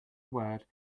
word